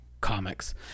comics